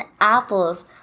Apples